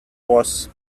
was